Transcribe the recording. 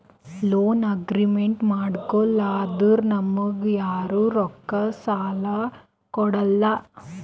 loan agreement ಮಾಡ್ಕೊಲಾರ್ದೆ ನಮ್ಗ್ ಯಾರು ರೊಕ್ಕಾ ಸಾಲ ಕೊಡಲ್ಲ